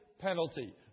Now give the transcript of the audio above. penalty